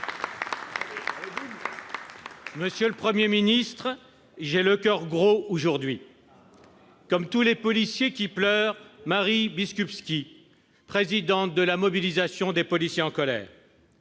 Monsieur le Premier ministre, aujourd'hui, j'ai le coeur gros, comme tous les policiers qui pleurent Maggy Biskupski, présidente de la mobilisation des policiers en colère.